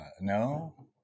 no